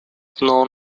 known